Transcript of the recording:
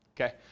Okay